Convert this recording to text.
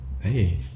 Hey